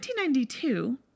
1992